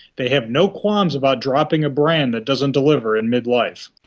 they have no qualms about dropping a brand that doesn't deliver in mid-life.